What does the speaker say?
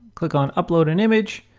click on upload an image.